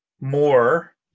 more